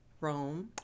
Rome